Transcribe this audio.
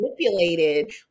Manipulated